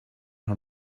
her